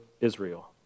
Israel